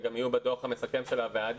והם גם יהיו בדוח המסכם של הוועדה.